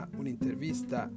un'intervista